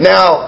Now